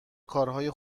کارهای